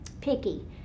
picky